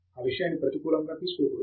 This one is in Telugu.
ఆ విషయాన్ని ప్రతికూలముగా తీసుకోకూడదు